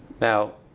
now,